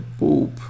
Boop